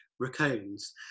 Raccoons